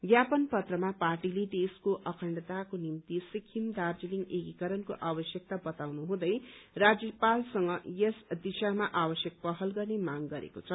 ज्ञापन पत्रमा पार्टीले देशको अखण्डताको निम्ति सिक्किम दार्जीलिङ एकिकरणको आवश्यक बताउनुहुँदै राज्यपालसँग यस दिशामा आवश्यक पहल गर्ने माग गरेको छ